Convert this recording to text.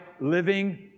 living